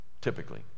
typically